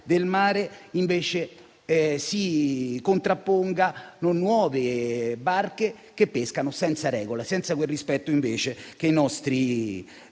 del mare si contrappongano nuove barche che pescano senza regole, senza quel rispetto che invece i nostri